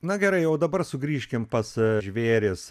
na gerai o dabar sugrįžkim pas žvėris